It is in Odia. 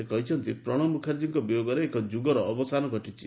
ସେ କହିଛନ୍ତି ପ୍ରଣବ ମୁଖାର୍ଜୀଙ୍କ ବିୟୋଗରେ ଏକ ଯୁଗର ଅବସାନ ଘଟିଛି